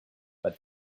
but